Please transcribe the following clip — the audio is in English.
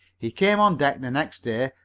he came on deck the next day,